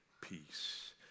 peace